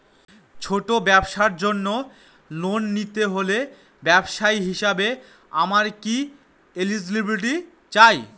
ছোট ব্যবসার জন্য লোন নিতে হলে ব্যবসায়ী হিসেবে আমার কি কি এলিজিবিলিটি চাই?